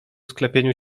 sklepieniu